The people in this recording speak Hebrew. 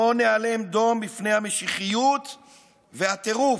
לא ניאלם דום בפני המשיחיות והטירוף.